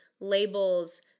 labels